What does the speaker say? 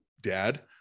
dad